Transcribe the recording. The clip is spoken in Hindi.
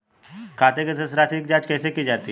खाते की शेष राशी की जांच कैसे की जाती है?